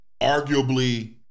Arguably